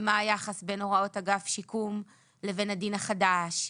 ומה היחס בין הוראות אגף שיקום לבין הדין החדש.